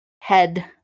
head